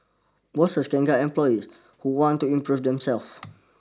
bosses can guide employees who want to improve themselves